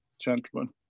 gentlemen